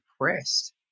depressed